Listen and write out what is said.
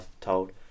told